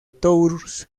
tours